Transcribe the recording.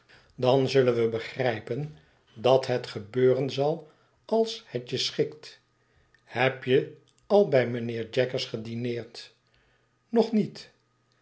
dan zullen we begrijpen dat het gebeuren zalals het je schikt heb je al bij mijnheer jaggers gedineerd nog niet